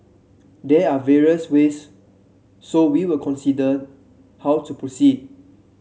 there are various ways so we will consider how to proceed